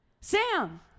Sam